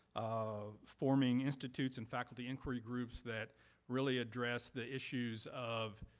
ah forming institutes and faculty inquiry groups that really address the issues of